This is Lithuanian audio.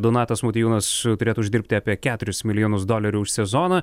donatas motiejūnas turėtų uždirbti apie keturis milijonus dolerių už sezoną